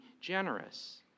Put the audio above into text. generous